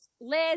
Liz